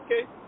Okay